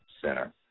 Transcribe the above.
center